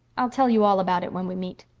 i'll tell you all about it when we meet.